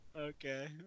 Okay